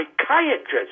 psychiatrist